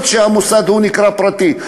ואף שהמוסד נקרא פרטי,